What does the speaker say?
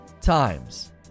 times